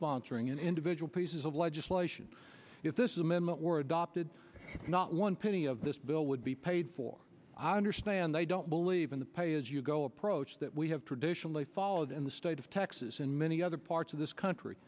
sponsoring in individual pieces of legislation if this is amendment were adopted not one penny of this bill would be paid for i understand they don't believe in the pay as you go approach that we have traditionally followed in the state of texas in many other parts of this country